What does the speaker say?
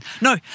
No